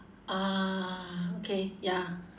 ah okay ya